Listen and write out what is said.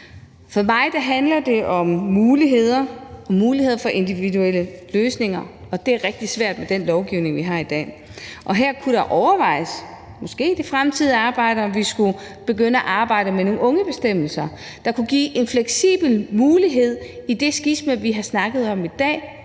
om muligheder, om muligheder for individuelle løsninger, og det er rigtig svært med den lovgivning, vi har i dag. Her kunne der overvejes – måske i det fremtidige arbejde – om vi skulle begynde at arbejde med nogle ungebestemmelser, der kunne give en fleksibel mulighed i det skisma, vi har snakket om i dag,